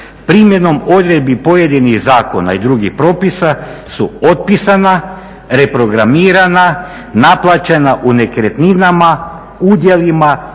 primjenom odredbi pojedinih zakona i drugih propisa su otpisana, reprogramirana, naplaćena u nekretninama, udjelima,